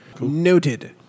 Noted